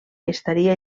estaria